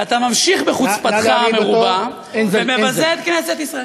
ואתה ממשיך בחוצפתך המרובה ומבזה את כנסת ישראל.